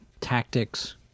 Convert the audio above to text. tactics